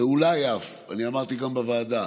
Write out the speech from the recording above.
ואולי אף, אני אמרתי גם בוועדה